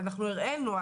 אנחנו הראינו,